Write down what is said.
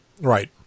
Right